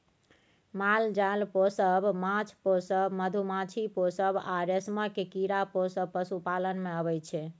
माल जाल पोसब, माछ पोसब, मधुमाछी पोसब आ रेशमक कीरा पोसब पशुपालन मे अबै छै